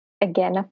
Again